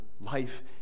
life